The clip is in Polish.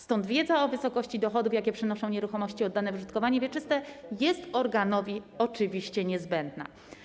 Stąd wiedza o wysokości dochodów, jakie przynoszą nieruchomości oddane w użytkowanie wieczyste, jest organowi oczywiście niezbędna.